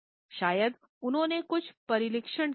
शायद उन्होंने कुछ प्रशिक्षण लिया है